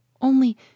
Only